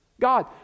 God